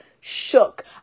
shook